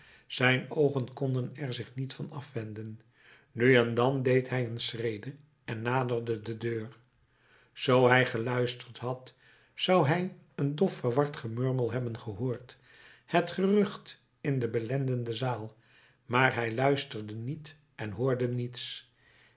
zijn oogen konden er zich niet van afwenden nu en dan deed hij een schrede en naderde de deur zoo hij geluisterd had zou hij een dof verward gemurmel hebben gehoord het gerucht in de belendende zaal maar hij luisterde niet en hoorde niets